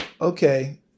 okay